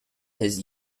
his